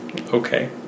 Okay